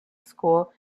school